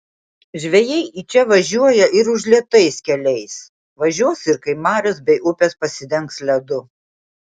žvejai į čia važiuoja ir užlietais keliais važiuos ir kai marios bei upės pasidengs ledu